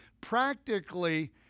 practically